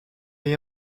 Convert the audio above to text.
est